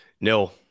No